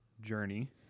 journey